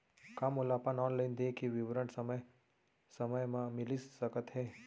का मोला अपन ऑनलाइन देय के विवरण समय समय म मिलिस सकत हे?